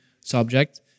subject